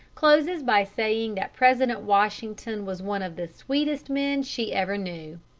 closes by saying that president washington was one of the sweetest men she ever knew.